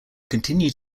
continue